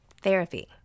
Therapy